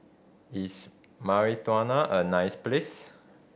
is Mauritania a nice place